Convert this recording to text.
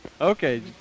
Okay